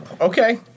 Okay